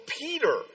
Peter